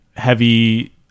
heavy